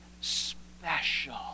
special